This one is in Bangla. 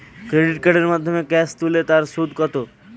ক্রেডিট কার্ডের মাধ্যমে ক্যাশ তুলে তার সুদ কত?